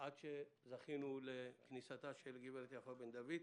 עד שזכינו לכניסתה של הגב' בן-דויד,